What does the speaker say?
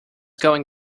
going